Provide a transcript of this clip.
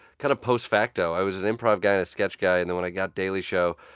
kind of post facto. i was an improv guy and sketch guy. and then, when i got daily show,